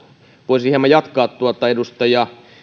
voisi hieman jatkaa tuota edustaja